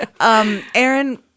Aaron